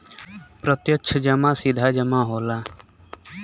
प्रत्यक्ष जमा सीधा जमा होला